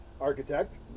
architect